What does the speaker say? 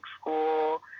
school